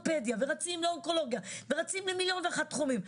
לאורתופדיה ורצים לאונקולוגיה ורצים למיליון ואחד תחומים,